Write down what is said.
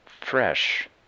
fresh